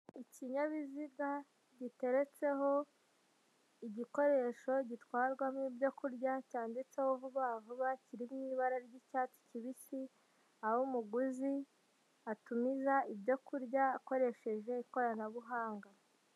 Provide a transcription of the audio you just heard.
Ikinyabiziga giteretseho igikoresho gitwarwamo ibyo kurya, cyanditseho vuba vuba, kiri mu ibara ry'icyatsi kibisi, aho umuguzi atumiza ibyo kurya akoresheje ikoranabuhanga.